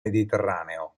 mediterraneo